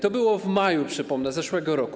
To było w maju, przypomnę, zeszłego roku.